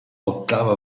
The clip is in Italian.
ottava